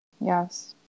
Yes